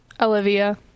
Olivia